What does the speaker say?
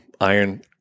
Iron